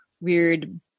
weird